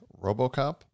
Robocop